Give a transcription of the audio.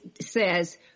says